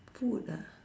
food ah